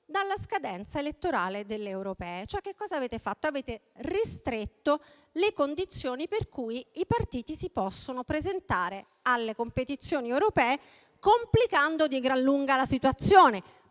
dalla scadenza elettorale delle europee. Che cosa avete fatto? Avete ristretto le condizioni per cui i partiti si possono presentare alle competizioni europee, complicando di gran lunga la situazione.